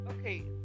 okay